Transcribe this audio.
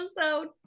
episode